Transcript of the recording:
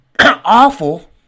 awful